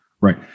right